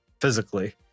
physically